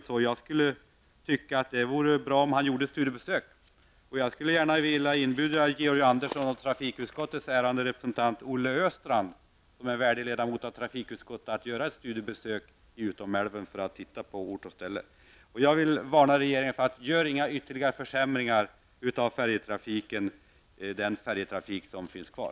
Det vore därför bra om han kunde göra ett studiebesök där. Jag vill därför inbjuda Georg Andersson och Olle Östrand, som är en värdig ledamot av trafikutskottet, att göra ett studiebesök i Utomälven för att studera förhållandena på ort och plats. Avslutningsvis vill jag varna regeringen: Gör inga ytterligare försämringar beträffande den färjetrafik som finns kvar!